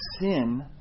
sin